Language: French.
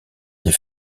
des